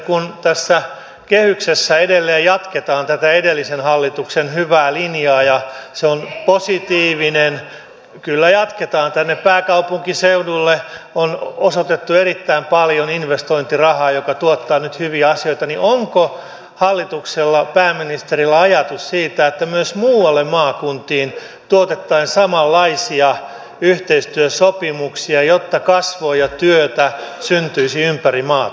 kun tässä kehyksessä edelleen jatketaan tätä edellisen hallituksen hyvää linjaa ja se on positiivinen kyllä jatketaan tänne pääkaupunkiseudulle on osoitettu erittäin paljon investointirahaa joka tuottaa nyt hyviä asioita niin onko hallituksella pääministerillä ajatus siitä että myös muualle maakuntiin tuotettaisiin samanlaisia yhteistyösopimuksia jotta kasvua ja työtä syntyisi ympäri maata